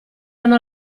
hanno